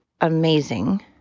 amazing